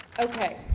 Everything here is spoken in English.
Okay